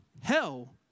hell